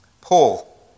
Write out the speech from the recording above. Paul